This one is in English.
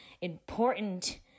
important